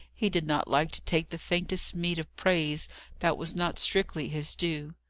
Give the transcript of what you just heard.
he did not like to take the faintest meed of praise that was not strictly his due.